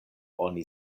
oni